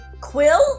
Quill